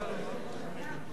אני רוצה לפתוח